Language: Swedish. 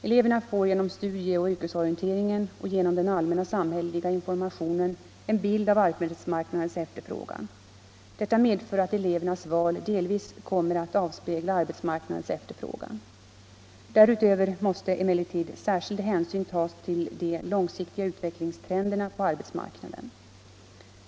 Eleverna får genom studieoch yrkesorienteringen och genom den allmänna samhälleliga informationen en bild av arbetsmarknadens efterfrågan. Detta medför att elevernas val delvis kommer att avspegla arbetsmarknadens efterfrågan. Därutöver måste emellertid särskild hänsyn tas till de långsiktiga utvecklingstrenderna på arbetsmarknaden.